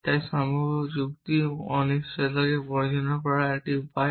তাই সম্ভাব্য যুক্তি হল অনিশ্চয়তাকে পরিচালনা করার একটি উপায়